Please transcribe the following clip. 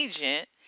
agent